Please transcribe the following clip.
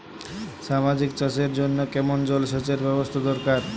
সবজি চাষের জন্য কেমন জলসেচের ব্যাবস্থা দরকার?